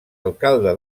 alcalde